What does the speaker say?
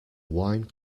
wine